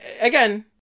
again